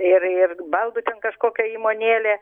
ir ir baldų ten kažkokia įmonėlė